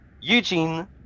Eugene